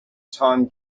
time